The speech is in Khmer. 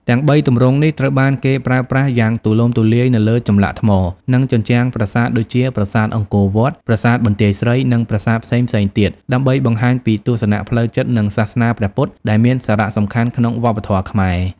ទាំងបីទម្រង់នេះត្រូវបានគេប្រើប្រាស់យ៉ាងទូលំទូលាយនៅលើចម្លាក់ថ្ម និងជញ្ជាំងប្រាសាទដូចជា ប្រាសាទអង្គរវត្ត ប្រាសាទបន្ទាយស្រី និងប្រាសាទផ្សេងៗទៀត ដើម្បីបង្ហាញពីទស្សនៈផ្លូវចិត្ត និងសាសនាព្រះពុទ្ធដែលមានសារៈសំខាន់ក្នុងវប្បធម៌ខ្មែរ។